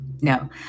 No